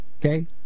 Okay